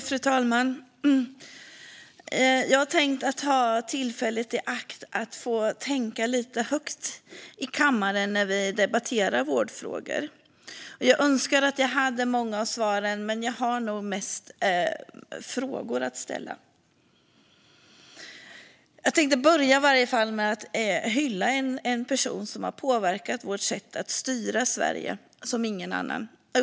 Fru talman! Jag tänkte ta tillfället i akt att få tänka lite högt i kammaren när vi debatterar vårdfrågor. Jag önskar att jag hade många av svaren, men jag har nog mest frågor att ställa. Jag tänkte börja med att hylla en person som har påverkat vårt sätt att styra Sverige som ingen annan.